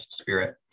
spirit